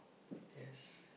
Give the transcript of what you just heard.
yes